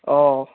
অঁ